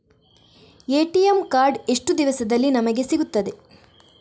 ATM card ಎಷ್ಟು ದಿವಸದಲ್ಲಿ ನಮಗೆ ಸಿಗುತ್ತದೆ?